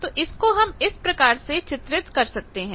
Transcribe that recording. तो इसको हम इस प्रकार से चित्रित कर सकते हैं